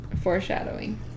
foreshadowing